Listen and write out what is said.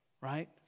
Right